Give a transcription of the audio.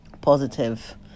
positive